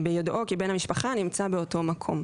"ביודעו כי בן המשפחה נמצא באותו מקום".